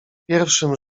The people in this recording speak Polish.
pierwszym